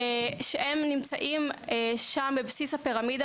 שנמצאים בבסיס הפירמידה,